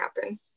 happen